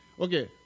Okay